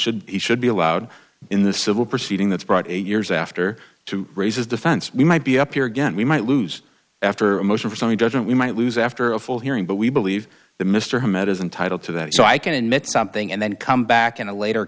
should he should be allowed in the civil proceeding that's brought eight years after to raise his defense we might be up here again we might lose after a motion for summary judgment we might lose after a full hearing but we believe the mr met is entitle to that so i can admit something and then come back in a later